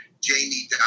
Jamie